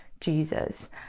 jesus